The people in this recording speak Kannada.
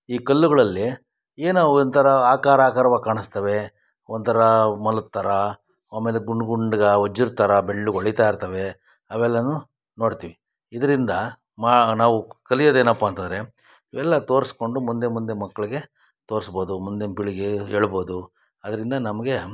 ಈ ಕಲ್ಲುಗಳಲ್ಲಿ ಏನೋ ಒಂಥರ ಆಕಾರ ಆಕಾರ್ವಾಗಿ ಕಾಣಿಸ್ತವೆ ಒಂಥರ ಮೊಲದ ಥರ ಆಮೇಲೆ ಗುಂಡು ಗುಂಡಗೆ ಆ ವಜ್ರದ ಥರ ಬೆಳ್ಳಗೆ ಹೊಳಿತಾ ಇರ್ತವೆ ಅವೆಲ್ಲನೂ ನೋಡ್ತೀವಿ ಇದರಿಂದ ಮಾ ನಾವು ಕಲಿಯೋದು ಏನಪ್ಪ ಅಂತ ಅಂದರೆ ಎಲ್ಲ ತೋರಿಸ್ಕೊಂಡು ಮುಂದೆ ಮುಂದೆ ಮಕ್ಕಳಿಗೆ ತೋರ್ಸ್ಬೌದು ಮುಂದಿನ ಪೀಳಿಗೆಗೆ ಹೇಳ್ಬೌದು ಅದರಿಂದ ನಮಗೆ